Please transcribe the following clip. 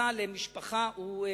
16 קוב.